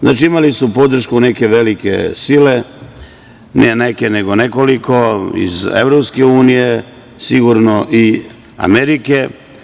Znači, imali su podršku neke velike sile, ne neke, nego nekoliko, iz EU, sigurno i Amerike.